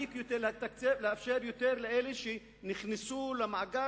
להעניק יותר ולאפשר יותר לאלה שנכנסו למעגל